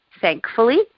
Thankfully